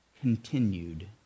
continued